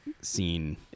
scene